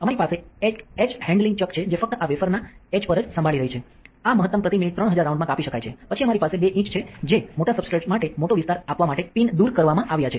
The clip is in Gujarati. અમારી પાસે એક એચ હેન્ડલિંગ ચક છે જે ફક્ત આ વેફરના એચ પર જ સંભાળી રહી છે આ મહત્તમ પ્રતિ મિનિટ 3000 રાઉન્ડમાં કાપી શકાય છે પછી અમારી પાસે બે ઇંચ છે જે મોટા સબસ્ટ્રેટ્સ માટે મોટો વિસ્તાર આપવા માટે પિન દૂર કરવામાં આવ્યા છે